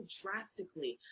drastically